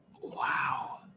Wow